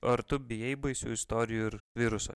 ar tu bijai baisių istorijų ir viruso